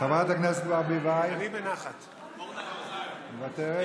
חברת הכנסת ברביבאי, מוותרת?